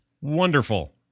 wonderful